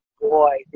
Boy